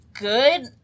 good